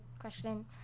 question